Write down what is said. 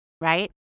right